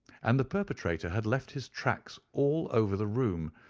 and the perpetrator had left his tracks all over the room,